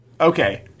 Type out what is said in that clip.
Okay